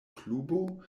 klubo